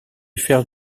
faire